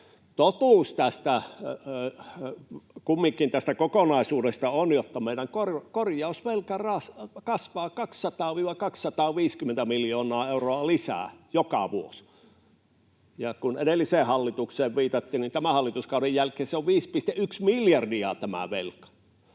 tästä kokonaisuudesta on, että meidän korjausvelka kasvaa 200—250 miljoonaa euroa lisää joka vuosi. Kun edelliseen hallitukseen viitattiin, niin tämän hallituskauden jälkeen on 5,1 miljardia tämä velka